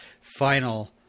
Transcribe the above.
final